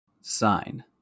Sign